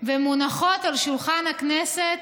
ומונחות על שולחן הכנסת